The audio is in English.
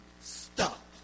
stop